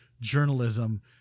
journalism